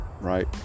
Right